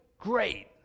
great